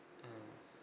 mmhmm